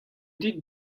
dit